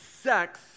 sex